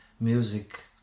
Music